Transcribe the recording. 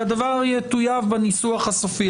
והדבר יטוייב בניסוח הסופי.